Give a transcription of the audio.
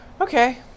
Okay